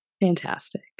Fantastic